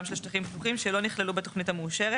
של שטחים פתוחים שלא נכללו בתוכנית המאושרת,